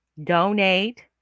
donate